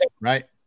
right